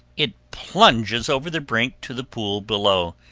it plunges over the brink to the pool below,